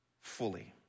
fully